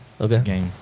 Okay